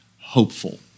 hopeful